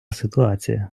ситуація